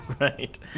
right